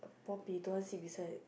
don't want seat beside